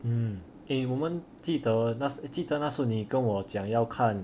mm eh 我们记得那时记得那是你跟我讲要看